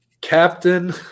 Captain